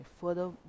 further